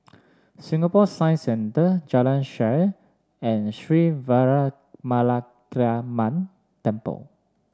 Singapore Science Centre Jalan Shaer and Sri Veeramakaliamman Temple